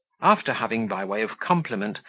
after having, by way of compliment,